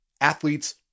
athletes